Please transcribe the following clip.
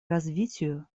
развитию